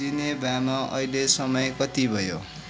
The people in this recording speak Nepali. जेनेभामा अहिले समय कति भयो